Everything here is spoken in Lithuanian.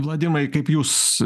vladimai kaip jūs